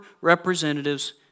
representatives